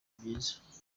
byiza